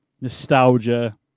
nostalgia